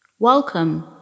welcome